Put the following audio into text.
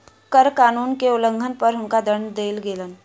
कर कानून के उल्लंघन पर हुनका दंड देल गेलैन